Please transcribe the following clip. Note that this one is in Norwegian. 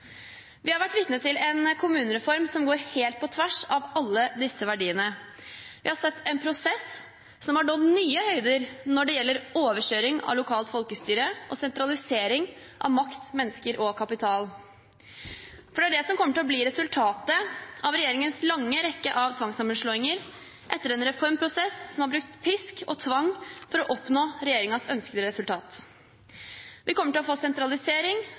Vi har vært vitne til en kommunereform som går helt på tvers av alle disse verdiene. Vi har sett en prosess som har nådd nye høyder når det gjelder overkjøring av lokalt folkestyre og sentralisering av makt, mennesker og kapital. Det er det som kommer til å bli resultatet av regjeringens lange rekke av tvangssammenslåinger etter en reformprosess som har brukt pisk og tvang for å oppnå regjeringens ønskede resultat. Vi kommer til å få sentralisering,